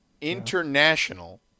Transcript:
International